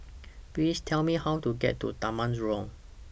Please Tell Me How to get to Taman Jurong